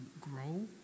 grow